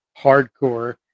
hardcore